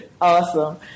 Awesome